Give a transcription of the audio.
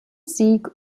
sieg